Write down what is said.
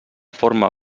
forma